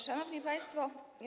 Szanowni Państwo!